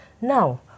Now